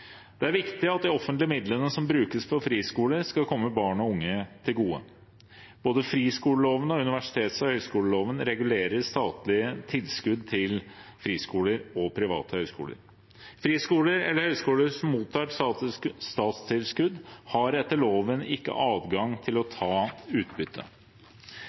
Det er viktig at de offentlige midlene som brukes på friskoler, skal komme barn og unge til gode. Både friskoleloven og universitets- og høyskoleloven regulerer statlige tilskudd til friskoler og private høyskoler. Friskoler eller høyskoler som mottar statstilskudd, har etter loven ikke adgang til å ta utbytte.